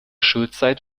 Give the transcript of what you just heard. schulzeit